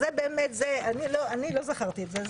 לא זכרתי את זה,